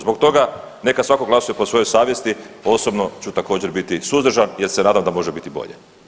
Zbog toga neka svako glasuje po svojoj savjesti, osobno ću također biti suzdržan jer se nadam da može biti bolje.